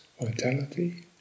vitality